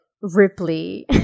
Ripley